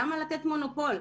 למה לתת מונופול?